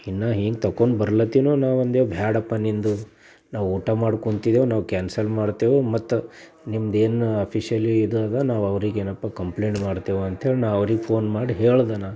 ಇನ್ನು ಹೀಗೆ ತೊಗೊಂಡು ಬರ್ಲತ್ತಿನು ನಾವು ಅಂದೇವು ಬೇಡಪ್ಪ ನಿನ್ನದು ನಾವು ಊಟ ಮಾಡಿ ಕೂತಿದ್ದೇವೆ ನಾವು ಕ್ಯಾನ್ಸಲ್ ಮಾಡ್ತೇವೆ ಮತ್ತು ನಿಮ್ದೇನು ಅಫಿಶ್ಯಲಿ ಇದು ಇದೆ ನಾವು ಅವರಿಗೇನಪ್ಪ ಕಂಪ್ಲೇಂಟ್ ಮಾಡ್ತೇವೆ ಅಂಥೇಳಿ ನಾ ಅವ್ರಿಗೆ ಫೋನ್ ಮಾಡಿ ಹೇಳ್ದೆ ನಾ